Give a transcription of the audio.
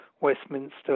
Westminster